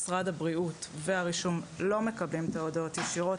משרד הבריאות והרישום לא מקבלים את ההודעות ישירות.